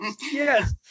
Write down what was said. yes